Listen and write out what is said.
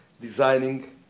designing